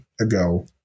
ago